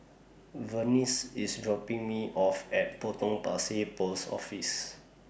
Vernice IS dropping Me off At Potong Pasir Post Office